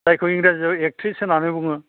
जायखौ इंराजियाव एक्ट्रिस होन्नानै बुङो